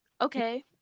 okay